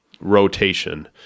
rotation